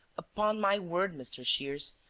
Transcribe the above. upon my word, mr. shears,